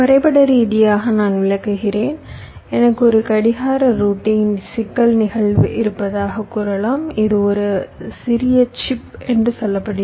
வரைபட ரீதியாக நான் விளக்குகிறேன் எனக்கு ஒரு கடிகார ரூட்டிங் சிக்கல் நிகழ்வு இருப்பதாகக் கூறலாம் இது ஒரு சிறிய சிப் என்று சொல்லப்படும்